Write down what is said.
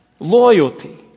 Loyalty